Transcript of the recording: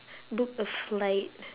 book a flight